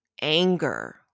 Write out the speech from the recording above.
anger